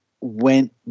went